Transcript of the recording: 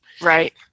Right